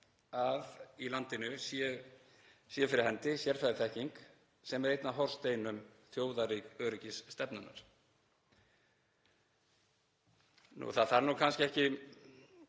að í landinu sé fyrir hendi sérfræðiþekkingin sem er einn af hornsteinum þjóðaröryggisstefnunnar. Það þarf nú kannski ekki,